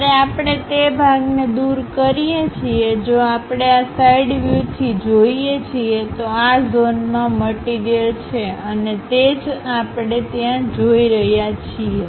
જ્યારે આપણે તે ભાગને દૂર કરીએ છીએજો આપણે આ સાઇડ વ્યુથી જોઈએ છીએ તો આ ઝોનમાં મટીરીયલછે અને તે જ આપણે ત્યાં જોઈ રહ્યા છીએ